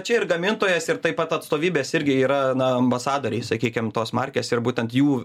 čia ir gamintojas ir taip pat atstovybės irgi yra na ambasadoriai sakykim tos markės ir būtent jų